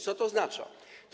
Co to oznacza?